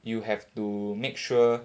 you have to make sure